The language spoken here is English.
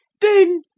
Then